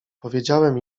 powiedziałem